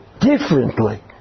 Differently